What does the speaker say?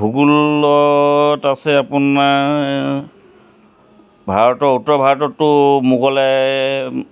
ভূগোলত আছে আপোনাৰ ভাৰতৰ উত্তৰ ভাৰততো মোগলে